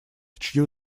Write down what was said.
чьи